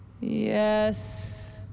Yes